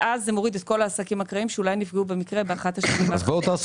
ואז זה מוריד את כל העסקים האחרים שאולי נפגעו במקרה באחת השנים האחרות.